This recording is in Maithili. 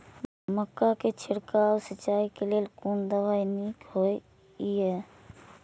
मक्का के छिड़काव सिंचाई के लेल कोन दवाई नीक होय इय?